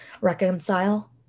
reconcile